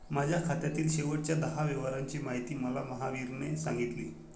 माझ्या खात्यातील शेवटच्या दहा व्यवहारांची माहिती मला महावीरने सांगितली